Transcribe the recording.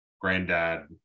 granddad